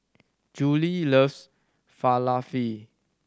Julie loves Falafel